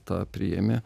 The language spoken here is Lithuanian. tą priėmė